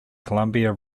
columbia